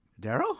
daryl